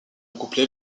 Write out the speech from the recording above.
couplet